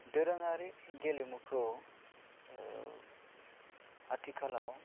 दोरोङारि गेलेमुखौ आथिखालाव